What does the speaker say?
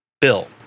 Bill